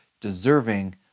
deserving